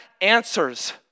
answers